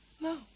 No